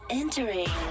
entering